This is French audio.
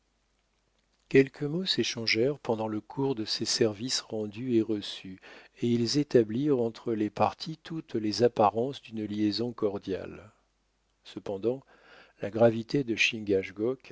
quelques mots s'échangèrent pendant le cours de ces services rendus et reçus et ils établirent entre les parties toutes les apparences d'une liaison cordiale cependant la gravité de